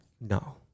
No